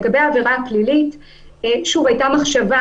לגבי העבירה הפלילית, היתה מחשבה